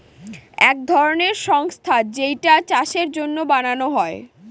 এক ধরনের সংস্থা যেইটা চাষের জন্য বানানো হয়